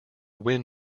win